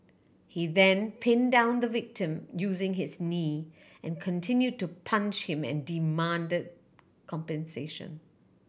he then pin down the victim using his knee and continue to punch him and demand compensation